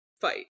fight